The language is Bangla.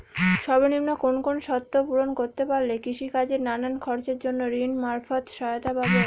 সর্বনিম্ন কোন কোন শর্ত পূরণ করতে পারলে কৃষিকাজের নানান খরচের জন্য ঋণ মারফত সহায়তা পাব?